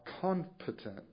competent